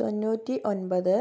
തൊണ്ണൂറ്റിയൊൻപത്